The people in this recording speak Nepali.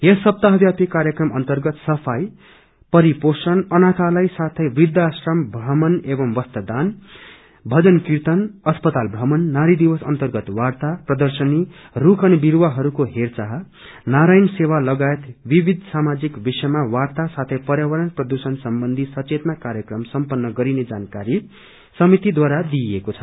यस सप्ताहवयापी कार्यक्रम अर्न्तगत सफाई परिपोषण अनाथालय साथै वृद्धाश्रम भ्रमण एवं वस्त्रदान भजन कीर्तन अस्पताल भ्रमण नारी दिवस अर्न्तगत वार्ता प्रर्दशनी रूख अनि बिरूवाहरूको हेरचाह सामाजिक विषयमा वार्त्ता साथै पर्यावरण प्रदूषण सम्बन्धी सचंतना कार्यक्रम समपन्न गरिने जानकारी समितिद्वारा दिइएको छ